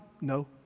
No